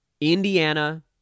Indiana